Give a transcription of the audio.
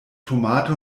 tomate